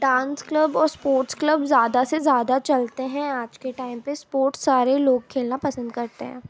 dance club اور sports club زیادہ سے زیادہ چلتے ہیں آج کے ٹائم پہ اسپورٹس سارے لوگ کھیلنا پسند کرتے ہیں